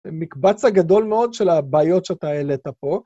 מקבץ הגדול מאוד של הבעיות שאתה העלת פה.